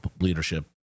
leadership